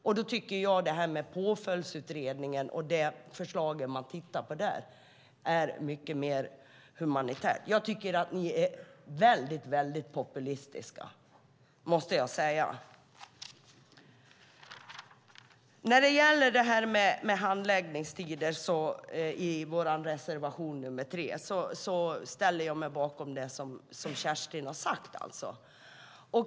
Därför tycker jag att Påföljdsutredningen och de förslag man där tittar på är mycket mer humana. Jag måste säga att ni sverigedemokrater är väldigt, väldigt populistiska. När det gäller handläggningstiderna, vår reservation nr 3, ställer jag mig bakom det som Kerstin har sagt.